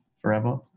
forever